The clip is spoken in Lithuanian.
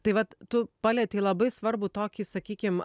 tai vat tu palietei labai svarbu tokį sakykim